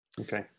Okay